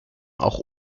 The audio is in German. auch